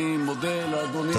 אני מודה לאדוני, אני לא יכול.